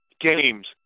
games